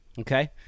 Okay